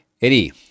Eddie